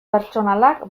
pertsonalak